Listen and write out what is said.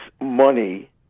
money